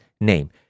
name